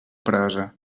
prosa